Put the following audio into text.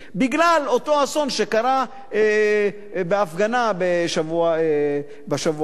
בגלל אותו אסון שקרה בהפגנה בשבוע שעבר.